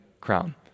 crown